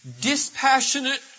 Dispassionate